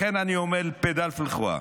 לכן אני אומר: (אומר בערבית ומתרגם:)